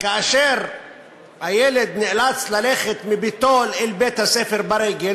וכאשר הילד נאלץ ללכת מביתו אל בית-הספר ברגל,